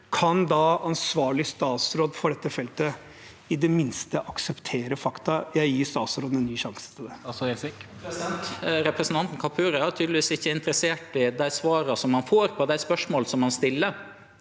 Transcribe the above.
kan da ansvarlig statsråd for dette feltet i det minste akseptere fakta? Jeg gir statsråden en ny sjanse til det. Statsråd Sigbjørn Gjelsvik Represen- tanten Kapur er tydelegvis ikkje interessert i dei svara han får på spørsmåla han stiller.